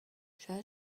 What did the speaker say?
شاید